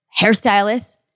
hairstylist